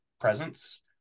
presence